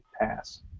Pass